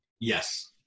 Yes